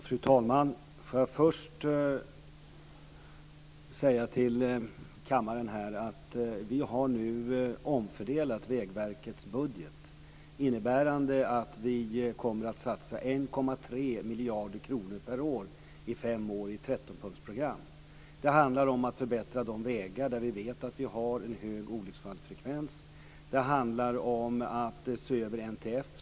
Fru talman! Först vill jag säga till kammaren att vi nu har omfördelat Vägverkets budget. Det innebär att vi kommer att satsa 1,3 miljarder kronor per år i fem år i ett 13-punktsprogram. Det handlar om att förbättra de vägar där vi vet att det finns en hög olycksfallsfrekvens. Det handlar om att se över NTF.